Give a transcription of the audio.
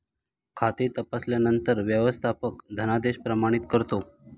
खाते तपासल्यानंतर व्यवस्थापक धनादेश प्रमाणित करतो